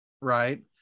Right